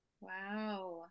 wow